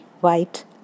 white